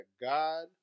God